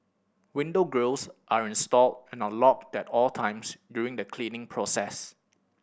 window grilles are installed and are locked at all times during the cleaning process